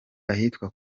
ahitwa